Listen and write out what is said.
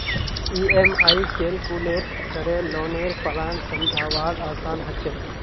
EMI calculate करे लौनेर plan समझवार आसान ह छेक